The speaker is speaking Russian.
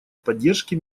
поддержки